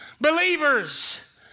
believers